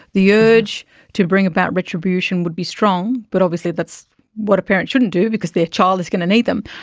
the urge to bring about retribution would be strong, but obviously that's what a parent shouldn't do because their child is going to need them.